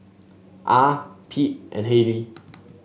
Ah Pete and Hayleigh